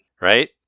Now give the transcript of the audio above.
Right